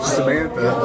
Samantha